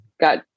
got